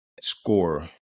score